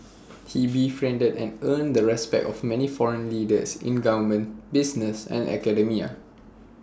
he befriended and earned the respect of many foreign leaders in government business and academia